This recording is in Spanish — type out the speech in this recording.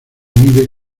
vive